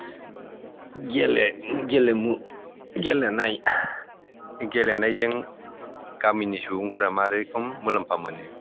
गेलेमु गेलेनायजों गामिनि सुबुंफोरा मा रोखोम मुलाम्फा मोनो